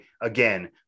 Again